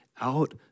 out